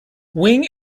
wings